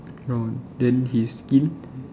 oh from then his skin